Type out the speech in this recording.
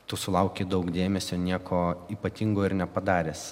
tu sulauki daug dėmesio nieko ypatingo ir nepadaręs